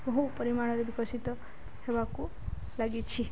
ବହୁ ପରିମାଣରେ ବିକଶିତ ହେବାକୁ ଲାଗିଛି